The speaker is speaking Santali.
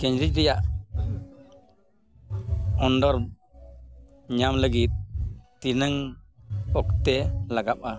ᱠᱮᱱᱰᱤᱡ ᱨᱮᱭᱟᱜ ᱚᱰᱟᱨ ᱧᱟᱢ ᱞᱟᱹᱜᱤᱫ ᱛᱤᱱᱟᱹᱜ ᱚᱠᱛᱮ ᱞᱟᱜᱟᱜᱼᱟ